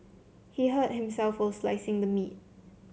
he hurt himself while slicing the meat